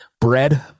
bread